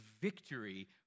victory